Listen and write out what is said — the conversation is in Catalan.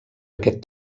aquest